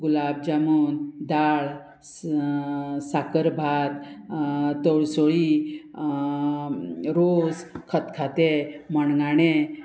गुलाब जामून दाळ साकर भात तळसोळी रोस खतखतें मणगणें